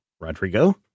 Rodrigo